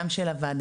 גם של הוועדה,